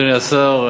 אדוני השר,